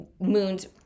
moons